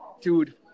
Dude